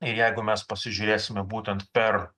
ir jeigu mes pasižiūrėsime būtent per